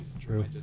True